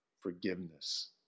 forgiveness